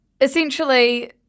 Essentially